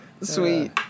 Sweet